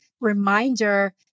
reminder